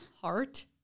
Heart